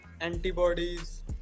antibodies